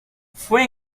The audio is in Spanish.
fue